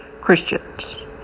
Christians